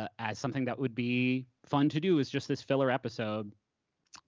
ah as something that would be fun to do as just this filler episode